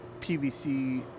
PVC